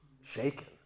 shaken